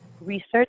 research